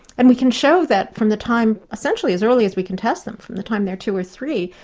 and we can show that from the time essentially as early as we can test them, from the time they're two or three,